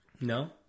No